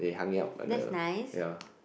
that's nice